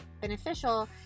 beneficial